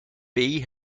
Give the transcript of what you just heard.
bee